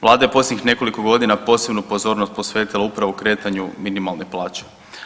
Vlada je posljednjih nekoliko godina posebnu pozornost posvetila upravo kretanju minimalne plaće.